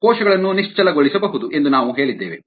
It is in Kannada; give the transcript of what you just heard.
ಕೋಶಗಳನ್ನು ನಿಶ್ಚಲಗೊಳಿಸಬಹುದು ಎಂದು ನಾವು ಹೇಳಿದ್ದೇವೆ